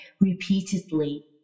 repeatedly